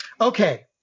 Okay